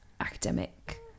academic